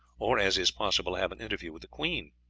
or, as is possible, have an interview with the queen.